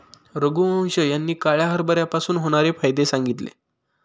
रघुवंश यांनी काळ्या हरभऱ्यापासून होणारे फायदे सांगितले